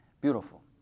Beautiful